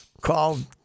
called